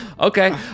Okay